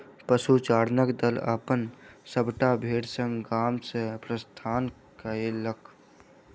पशुचारणक दल अपन सभटा भेड़ संग गाम सॅ प्रस्थान कएलक